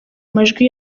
majwi